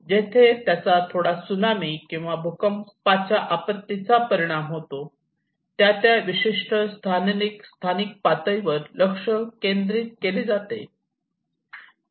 जेथे त्याचा थोडा त्सुनामी किंवा भूकंपाचा आपत्तीचा परिणाम होतो त्या त्या विशिष्ट स्थानिक पातळीवर लक्ष केंद्रित केले जात आहे